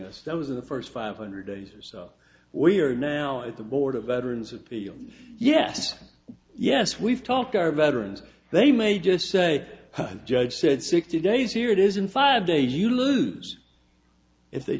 us that was in the first five hundred days or so we are now at the board of veterans appeals yes yes we've talked our veterans they may just say one judge said sixty days here it is in five days you lose if they